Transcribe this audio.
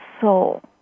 soul